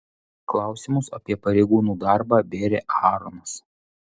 klausimus apie pareigūnų darbą bėrė aaronas